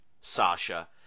Sasha